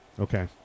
Okay